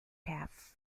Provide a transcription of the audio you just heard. half